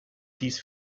these